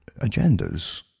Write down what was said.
agendas